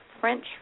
French